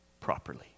properly